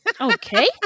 Okay